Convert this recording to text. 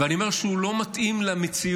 ואני אומר שהוא לא מתאים למציאות,